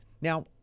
Now